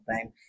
time